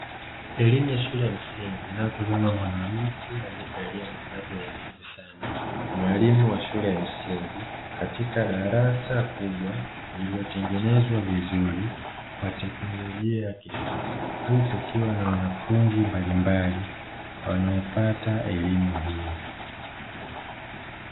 Elimu ya ahule ya msingi inayotolewa na mwanamke aliyevalia mavazi nadhifu sana, mwalimu wa shule ya msingi katika darasa kubwa lililotengenezwa vizuri kwa teknolojia ya kisasa, huku kukiwa na wanafunzi mbalimbali wanaopata elimu hiyo.